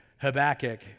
Habakkuk